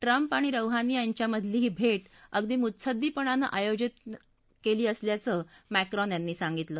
Trump आणि रौहानीयांच्या मधली ही भेट अगदी मुसद्दीपणानं आयोजित करण्यात आल्याचं मॅक्रोन यांनी सांगितलं